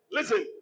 Listen